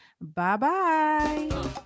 Bye-bye